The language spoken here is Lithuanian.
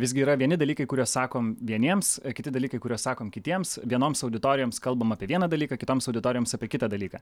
visgi yra vieni dalykai kuriuos sakom vieniems kiti dalykai kuriuos sakom kitiems vienoms auditorijoms kalbam apie vieną dalyką kitoms auditorijoms apie kitą dalyką